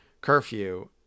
curfew